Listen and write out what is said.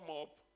up